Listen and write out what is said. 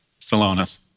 Salonis